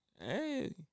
Hey